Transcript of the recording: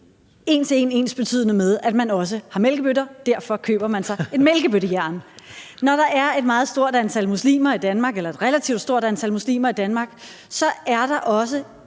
en til en ensbetydende med, at man også har mælkebøtter, og derfor køber man sig et mælkebøttejern. Når der er et meget stort antal muslimer i Danmark – eller et relativt stort antal muslimer i Danmark – så er der også